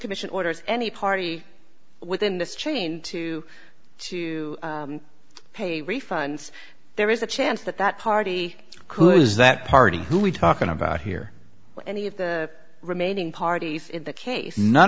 commission orders any party within this chain to to pay refunds there is a chance that that party is that party who we're talking about here any of the remaining parties in the case none